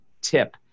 tip